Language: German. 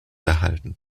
erhalten